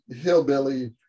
hillbilly